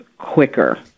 quicker